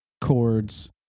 chords